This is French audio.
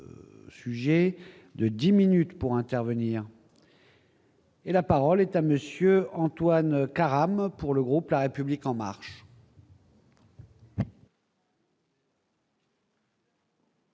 sujet, de 10 minutes pour intervenir. Et la parole est à monsieur Antoine Karam pour le groupe, la République en marre.